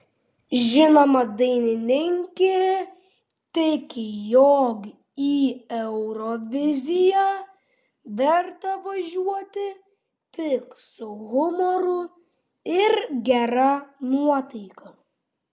žinoma dainininkė tiki jog į euroviziją verta važiuoti tik su humoru ir gera nuotaika